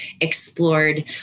explored